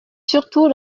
surtout